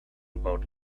about